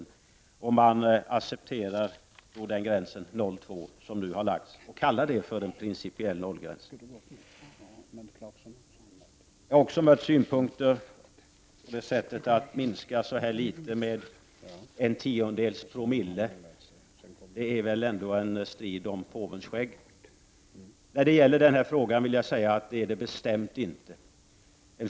Motororganisationerna accepterar nu en gräns vid 0,2 960 och kallar det för en principiell nollgräns. Jag har mött synpunkten att en minskning med så litet som en tiondels promille är väl ändå en strid om påvens skägg. Jag vill säga att det är det bestämt inte.